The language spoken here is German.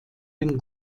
den